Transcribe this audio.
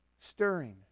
Stirring